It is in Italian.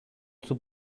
suo